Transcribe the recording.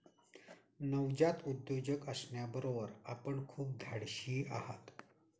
नवजात उद्योजक असण्याबरोबर आपण खूप धाडशीही आहात